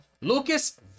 Lucas